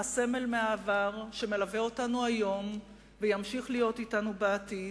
הסמל מהעבר שמלווה אותנו היום וימשיך להיות אתנו בעתיד,